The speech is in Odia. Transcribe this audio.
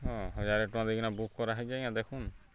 ହଁ ହଜାରେ ଟଙ୍କା ଦେଇକିନା ବୁକ୍ କରାହେଇଛେ ଆଜ୍ଞା ଦେଖୁନ୍